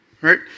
Right